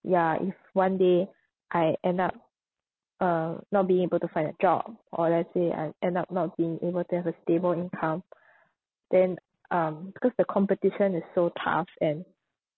ya if one day I end up uh not being able to find a job or let's say I end up not being able to have a stable income then um because the competition is so tough and